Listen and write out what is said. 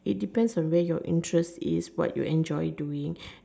it depends on what your interest is what you enjoy doing